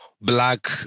black